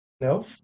no